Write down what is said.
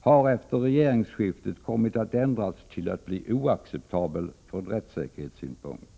har efter regeringsskiftet kommit att ändras till att bli oacceptabel från rättssäkerhetssynpunkt.